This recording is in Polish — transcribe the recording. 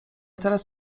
teraz